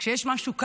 כשיש משהו קל,